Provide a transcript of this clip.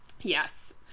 yes